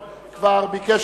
(תיקון),